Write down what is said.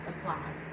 apply